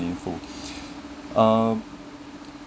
meaningful um